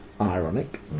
ironic